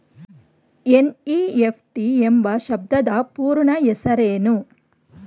NEFT ಎಂಬ ಶಬ್ದದ ಪೂರ್ಣ ಹೆಸರೇನು?